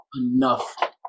enough